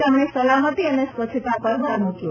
તેમણે સલામતિ અને સ્વચ્છતા પર ભાર મૂક્યો